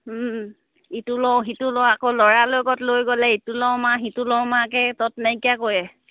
ইটো লওঁ সিটো লওঁ আকৌ ল'ৰা লগত লৈ গ'লে ইটো লওঁ মা সিটো লওঁ মাকে তত নাইকীয়া কৰে